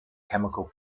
chemical